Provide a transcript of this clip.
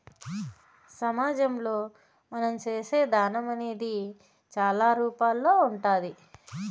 సమాజంలో మనం చేసే దానం అనేది చాలా రూపాల్లో ఉంటాది